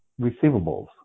receivables